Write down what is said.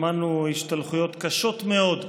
שמענו השתלחויות קשות מאוד,